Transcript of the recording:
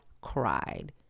cried